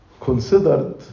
considered